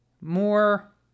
more